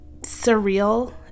surreal